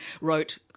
wrote